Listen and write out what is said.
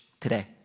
today